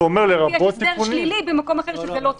אחרת יהיה הסדר שלילי מקום אחר שזה לא תיקונים.